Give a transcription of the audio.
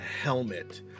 helmet